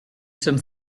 some